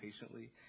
patiently